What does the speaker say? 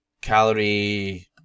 calorie